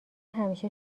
همیشه